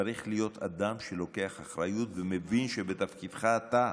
צריך להיות אדם שלוקח אחריות ומבין שבתפקידך אתה,